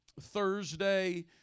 Thursday